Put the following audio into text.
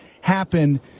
happen